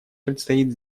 предстоит